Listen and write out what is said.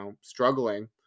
struggling